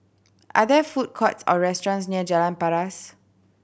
are there food courts or restaurants near Jalan Paras